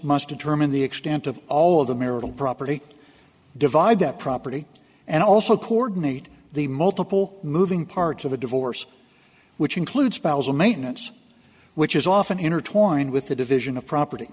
must determine the extent of all of the marital property divide that property and also coordinate the multiple moving parts of a divorce which include spousal maintenance which is often intertwined with the division of property